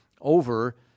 over